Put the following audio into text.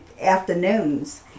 afternoons